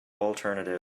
alternative